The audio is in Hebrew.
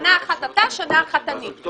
שנה אחת אתה, שנה אחת אני.